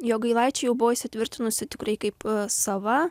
jogailaičiai jau buvo įsitvirtinusi tikrai kaip sava